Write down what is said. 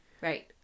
Right